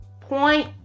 point